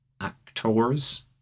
actors